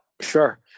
Sure